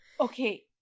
Okay